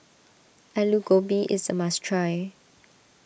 Alu Gobi is a must try